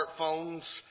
smartphones